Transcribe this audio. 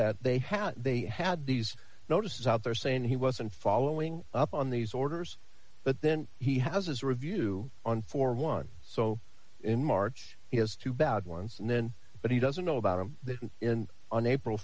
that they had they had these notices out there saying he wasn't following up on these orders but then he has a review on for one so in march he has two bad ones and then but he doesn't know about that in on april